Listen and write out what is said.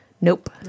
nope